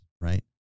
right